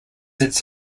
its